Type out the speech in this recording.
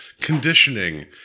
conditioning